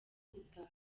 gutaha